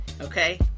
okay